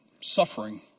suffering